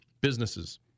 businesses